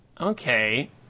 Okay